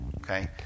okay